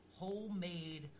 Homemade